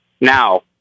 Now